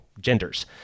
Genders